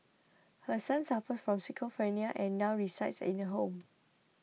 her son suffers from schizophrenia and now resides in a home